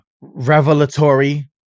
revelatory